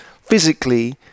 physically